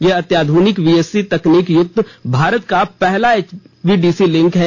यह अत्याधुनिक वीएससी तकनीक युक्त भारत का पहला एचवीडीसी लिंक है